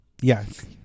yes